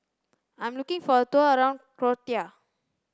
I'm looking for a tour around Croatia